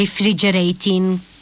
Refrigerating